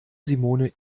simone